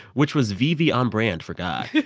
which was vv on-brand for god